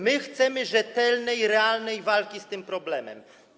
My chcemy rzetelnej, realnej walki z tym problemem.